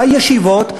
בישיבות,